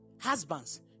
Husbands